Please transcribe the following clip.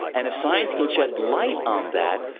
and if science can shed light on that,